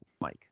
Mike